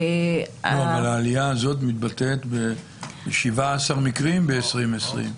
אבל העלייה הזאת מתבטאת ב-11 מקרים ב-2020.